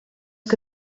que